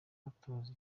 batoza